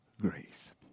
grace